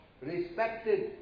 respected